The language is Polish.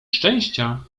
szczęścia